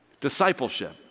discipleship